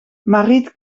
mariet